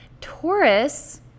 taurus